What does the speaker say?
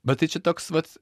bet tai čia toks vat